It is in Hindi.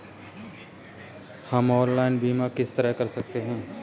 हम ऑनलाइन बीमा किस तरह कर सकते हैं?